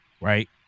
right